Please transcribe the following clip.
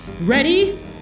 Ready